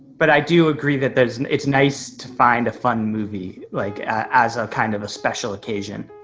but i do agree that there's, it's nice to find a fun movie, like as a kind of a special occasion.